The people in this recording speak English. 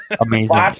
Amazing